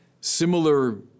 similar